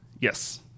yes